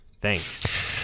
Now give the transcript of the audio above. Thanks